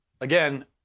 Again